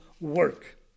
work